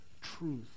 truth